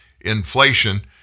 inflation